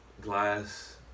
glass